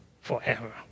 forever